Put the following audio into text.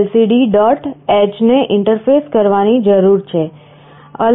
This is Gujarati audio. h ને ઇન્ટરફેસ કરવાની જરૂર છે